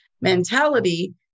mentality